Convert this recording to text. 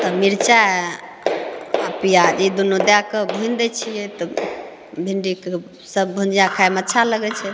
तऽ मिरचाइ आओर पिआज ई दुनू दैके भुनि दै छिए तब भिण्डीके तब भुजिआ खाइमे अच्छा लगै छै